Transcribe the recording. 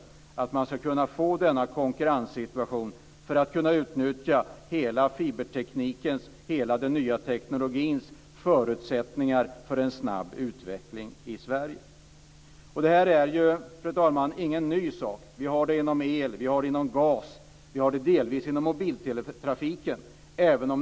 Man måste få en sådan här konkurrenssituation för att kunna utnyttja fiberteknikens och den nya teknologins alla förutsättningar för en snabb utveckling i Det här är, fru talman, inte något nytt. Det förekommer inom el och gasområdena, och det finns delvis inom mobilteletrafiken.